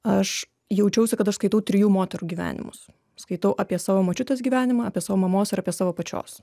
aš jaučiausi kad aš skaitau trijų moterų gyvenimus skaitau apie savo močiutės gyvenimą apie savo mamos ir apie savo pačios